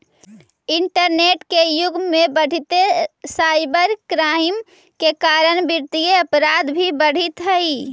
internet के युग में बढ़ीते साइबर क्राइम के कारण वित्तीय अपराध भी बढ़ित हइ